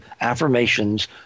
affirmations